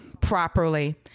properly